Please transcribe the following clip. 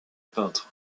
peintre